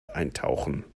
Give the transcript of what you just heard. eintauchen